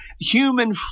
human